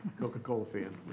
coca-cola fan.